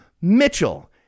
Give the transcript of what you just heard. Mitchell